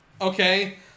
Okay